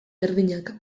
berdinak